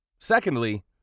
Secondly